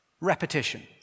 Repetition